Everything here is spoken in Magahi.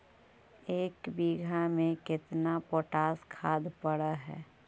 एक बिघा में केतना पोटास खाद पड़ है?